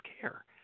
care